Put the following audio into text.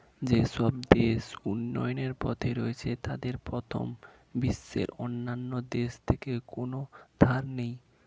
যেসব দেশ উন্নয়নের পথে রয়েছে তাদের প্রথম বিশ্বের অন্যান্য দেশ থেকে কোনো ধার নেই